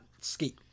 ski